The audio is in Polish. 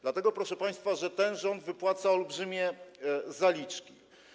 Dlatego, proszę państwa, że ten rząd wypłaca olbrzymie zaliczki.